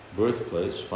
birthplace